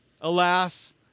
Alas